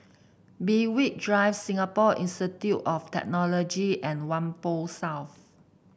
Berwick Drive Singapore Institute of Technology and Whampoa South